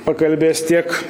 pakalbės tiek